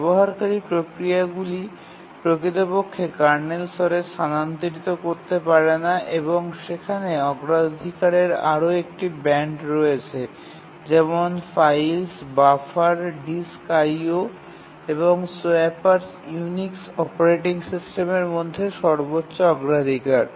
ব্যবহারকারী প্রক্রিয়াগুলি প্রকৃতপক্ষে কার্নেল স্তরে স্থানান্তরিত করতে পারে না এবং সেখানে অগ্রাধিকারের আরও কয়েকটি ব্যান্ড রয়েছে যেমন ফাইল্স বাফার ডিস্ক IO এবং সোয়াপার্স ইউনিক্স অপারেটিং সিস্টেমের মধ্যে সর্বোচ্চ অগ্রাধিকার